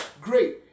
great